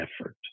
effort